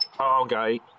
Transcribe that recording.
Okay